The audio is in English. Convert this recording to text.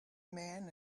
men